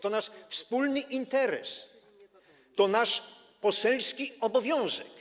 To nasz wspólny interes, to nasz poselski obowiązek.